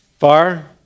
Far